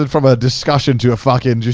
and from a discussion to a fucking just,